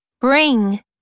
bring